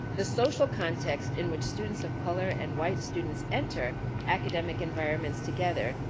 the social context in which students of color and white students enter academic environments together,